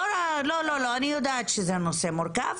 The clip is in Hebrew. לא, לא, אני יודעת שזה נושא מורכב.